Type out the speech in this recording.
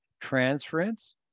transference